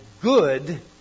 good